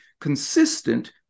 consistent